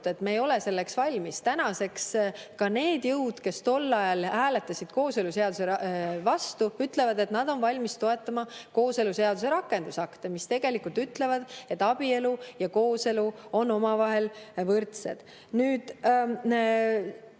et me ei ole selleks valmis. Tänaseks ka need jõud, kes tol ajal hääletasid kooseluseaduse vastu, ütlevad, et nad on valmis toetama kooseluseaduse rakendusakte, mis tegelikult ütlevad, et abielu ja kooselu on omavahel võrdsed. Nüüd,